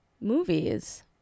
movies